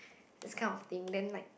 those kind of thing then like